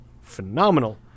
phenomenal